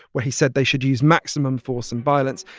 where he said they should use maximum force and violence.